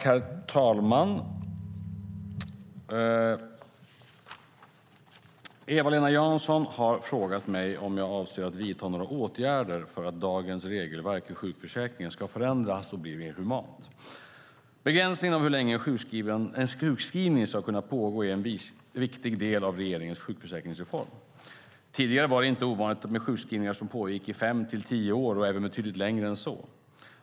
Herr talman! Eva-Lena Jansson har frågat mig om jag avser att vidta några åtgärder för att dagens regelverk i sjukförsäkringen ska förändras och bli mer humant. Begränsningen av hur länge en sjukskrivning ska kunna pågå är en viktig del av regeringens sjukförsäkringsreform. Tidigare var det inte ovanligt med sjukskrivningar som pågick i fem till tio år och även betydligt längre än så.